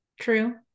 True